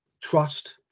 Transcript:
trust